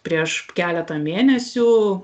prieš keletą mėnesių